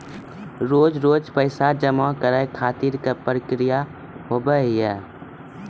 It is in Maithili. रोज रोज पैसा जमा करे खातिर का प्रक्रिया होव हेय?